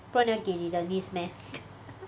不然你要给你的 niece meh